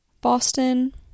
Boston